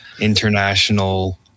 international